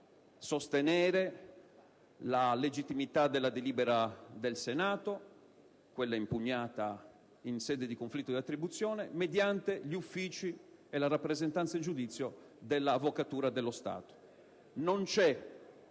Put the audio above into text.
sostenere la legittimità della delibera del Senato impugnata in sede di conflitto di attribuzione, mediante gli uffici e la rappresentanza in giudizio dell'Avvocatura dello Stato. Oltre